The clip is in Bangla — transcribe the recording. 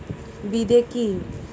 বিদে কি?